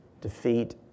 defeat